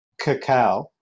cacao